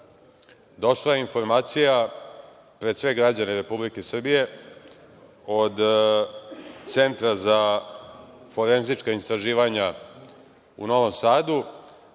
došla je informacija pred sve građane Republike Srbije od Centra za forenzička istraživanja u Novom Sadu,